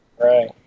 Right